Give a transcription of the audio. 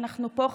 אנחנו פה,